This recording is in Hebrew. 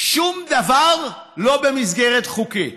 שום דבר לא במסגרת חוקית,